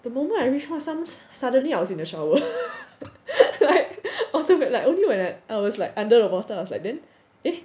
the moment I reached home suddenly I was in the shower like automat~ only when I was like under the water I was then eh